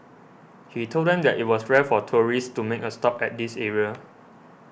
he told them that it was rare for tourists to make a stop at this area